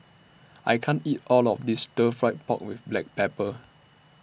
I can't eat All of This Stir Fry Pork with Black Pepper